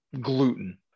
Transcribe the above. gluten